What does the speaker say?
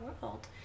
world